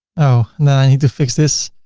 oh! then i need to fix this.